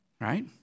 right